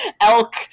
elk